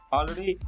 Already